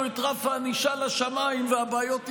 את רף הענישה לשמיים והבעיות תיפתרנה.